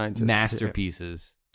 masterpieces